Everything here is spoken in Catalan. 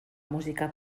música